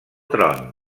tron